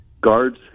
guards